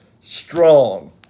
strong